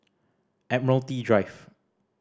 Admiralty Drive